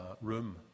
room